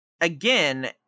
again